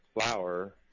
flower